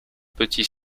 petits